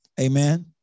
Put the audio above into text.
Amen